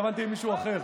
התכוונתי למישהו אחר.